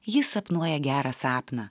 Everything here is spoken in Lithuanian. jis sapnuoja gerą sapną